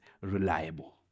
reliable